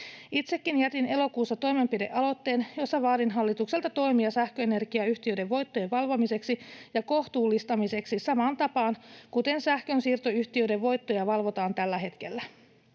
Itsekin jätin elokuussa toimenpidealoitteen, jossa vaadin hallitukselta toimia sähköenergiayhtiöiden voittojen valvomiseksi ja kohtuullistamiseksi samaan tapaan kuin sähkönsiirtoyhtiöiden voittoja valvotaan tällä hetkellä.